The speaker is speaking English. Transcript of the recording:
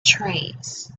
trees